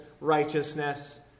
righteousness